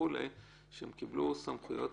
כאלה שקיבלו סמכויות,